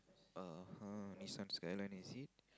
uh-huh Nissan Skyline is it